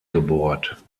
gebohrt